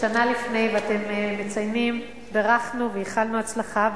שנה לפני, ואתם מציינים, בירכנו ואיחלנו הצלחה.